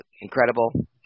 incredible